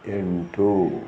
ಎಂಟು